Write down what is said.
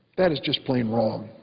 that is just plain wrong.